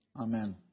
Amen